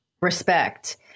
respect